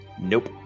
Nope